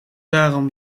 daarom